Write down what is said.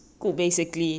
yeah